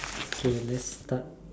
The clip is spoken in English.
okay let's start